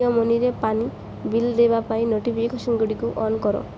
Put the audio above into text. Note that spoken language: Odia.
ଜିଓ ମନିରେ ପାଣି ବିଲ୍ ଦେୟ ପାଇଁ ନୋଟିଫିକେସନ୍ଗୁଡ଼ିକୁ ଅନ୍ କର